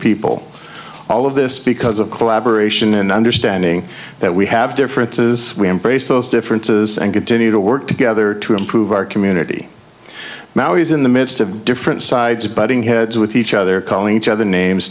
people all of this because of collaboration and understanding that we have differences we embrace those differences and continue to work together to improve our community now he's in the midst of different sides butting heads with each other calling each other names